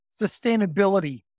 sustainability